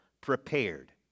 prepared